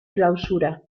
clausura